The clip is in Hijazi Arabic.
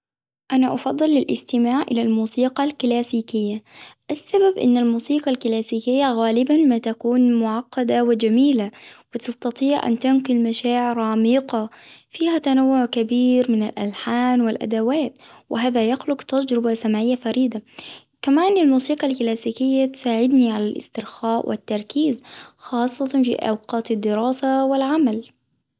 أنا أفضل الإستماع إلى الموسيقى الكلاسيكية، السبب أن الموسيقى الكلاسيكية غالبا ما تكون معقدة وجميلة، وتستطيع أن تنقل مشاعر عميقة، فيها تنوع كبير من الألحان والأدوات، وهذا يخلق تجربة سمعية فريدة. كمان الموسيقى تساعدني على الإسترخاء والتركيز خاصة في أوقات الدراسة والعمل.